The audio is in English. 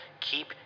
Keep